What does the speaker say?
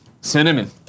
Cinnamon